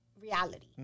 reality